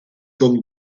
donc